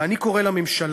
ואני קורא לממשלה